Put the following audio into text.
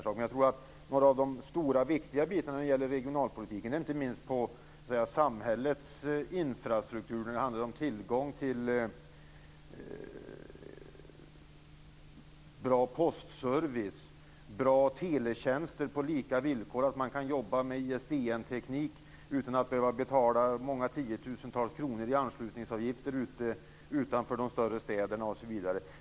Men jag tror att några av de stora viktiga bitarna i regionalpolitiken, inte minst när det gäller samhällets infrastruktur, handlar om tillgång till bra postservice och bra teletjänster på lika villkor, om att man kan jobba med ISDN-teknik utan att behöva betala tiotusentals kronor i anslutningsavgifter utanför de större städerna.